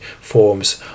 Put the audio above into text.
forms